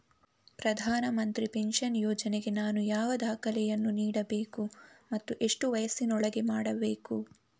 ಪ್ರಧಾನ ಮಂತ್ರಿ ಪೆನ್ಷನ್ ಯೋಜನೆಗೆ ನಾನು ಯಾವ ದಾಖಲೆಯನ್ನು ನೀಡಬೇಕು ಮತ್ತು ಎಷ್ಟು ವಯಸ್ಸಿನೊಳಗೆ ಮಾಡಬೇಕು?